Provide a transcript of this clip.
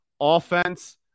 Offense